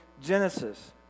Genesis